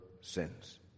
sins